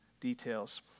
details